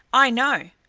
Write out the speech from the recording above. i know.